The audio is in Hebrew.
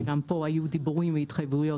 שגם פה היו דיבורים והתחייבויות